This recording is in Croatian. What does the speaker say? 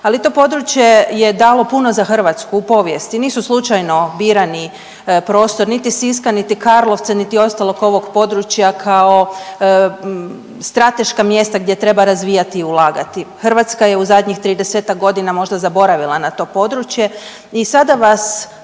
ali to područje je dalo puno za Hrvatsku u povijesti. Nisu slučajno birani prostor niti Siska, niti Karlovca, niti ostalog ovog područja kao strateška mjesta gdje treba razvijati i ulagati. Hrvatska je u zadnjih 30-ak godina možda zaboravila na to područje i sada vas